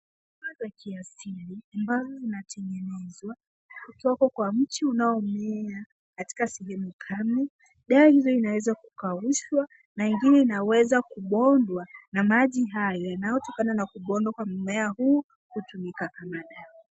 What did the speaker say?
Dawa za kiasili ambazo zinatengenezwa kutoka kwa mti unaomea katika sehemu kame, dawa hii inaweza kukaushwa na ingine inaweza kubondwa na maji hayo yanayotokana na kubondwa kwa mmea huu hutumika kama dawa.